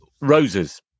roses